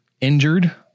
injured